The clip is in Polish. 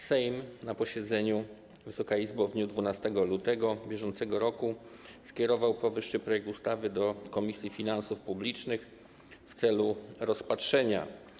Sejm na posiedzeniu, Wysoka Izbo, w dniu 12 lutego br. skierował powyższy projekt ustawy do Komisji Finansów Publicznych w celu rozpatrzenia.